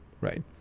right